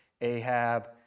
ahab